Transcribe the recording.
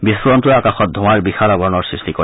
বিস্ফোৰণটোৱে আকাশত ধোঁৱাৰ বিশাল আৱৰণৰ সৃষ্টি কৰে